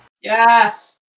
Yes